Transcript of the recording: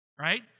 right